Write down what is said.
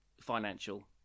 financial